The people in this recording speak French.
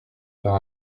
faire